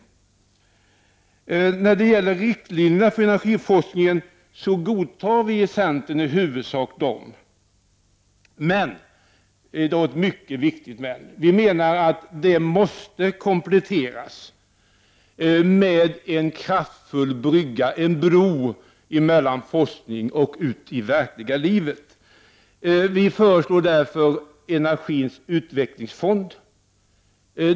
Vi i centern godtar i huvudsak riktlinjerna för energiforskningen, men — och detta är ett mycket viktigt ”men” — vi anser att de skall kompletteras med en kraftig bro mellan forskningen och det verkliga livet. Vi föreslår därför inrättandet av något som vi kallar Energins utvecklingsfond.